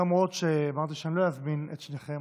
למרות שאמרתי שאני לא אזמין את שניכם,